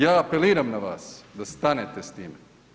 Ja apeliram na vas da stanete s tim.